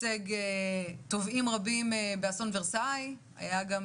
ייצג תובעים רבים באסון ורסאי, היה גם